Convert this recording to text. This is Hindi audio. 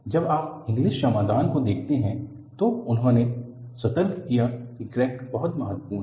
जब आप इंगलिस समाधान को देखते हैं तो उन्होंने सतर्क किया कि क्रैक बहुत महत्वपूर्ण है